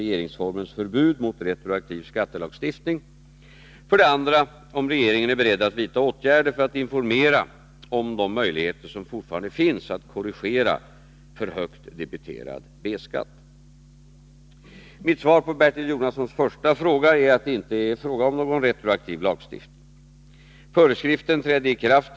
Den som är skyldig att betala B-skatt har enligt 17 § 2 mom. samt 18§ uppbördslagen möjlighet att avge preliminär självdeklaration fram till den 1 december året näst före inkomståret. Därefter finns det vissa möjligheter att begära jämkning av en för högt debiterad B-skatt.